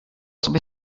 sobie